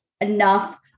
enough